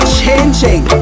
changing